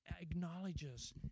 acknowledges